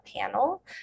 panel